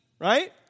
right